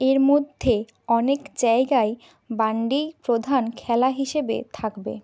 এর মধ্যে অনেক জায়গায় বান্ডিই প্রধান খেলা হিসেবে থাকবে